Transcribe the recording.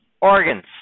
Organs